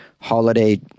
holiday